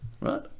right